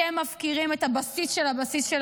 אתם מפקירים את הבסיס של הבסיס של